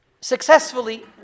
successfully